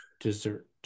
dessert